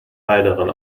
heilerin